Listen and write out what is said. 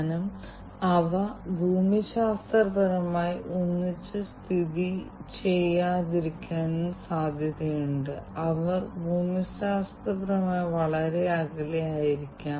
അതിനാൽ pulse oximeter അടിസ്ഥാനപരമായി രോഗിയുടെ രക്തത്തിലെ ഓക്സിജൻ സാച്ചുറേഷൻ അതുപോലെ പൾസ് നിരക്ക് എന്നിവ അളക്കുന്നു